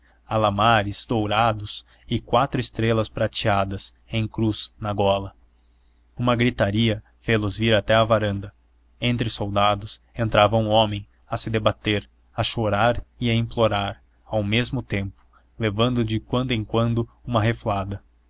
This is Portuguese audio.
alamares dourados e quatro estrelas prateadas em cruz na gola uma gritaria fê los vir até à varanda entre soldados entrava um homem a se debater a chorar e a implorar ao mesmo tempo levando de quando em quando uma reflada